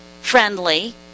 friendly